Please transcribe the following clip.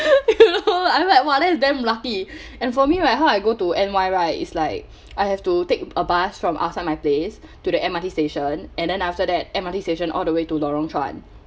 you know then I was like !wah! that is damn lucky and for me right how I go to N_Y right is like I have to take a bus from outside my place to the M_R_T station and then after that M_R_T station all the way to lorong chuan